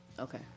okay